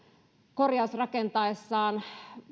korjausrakentaessaan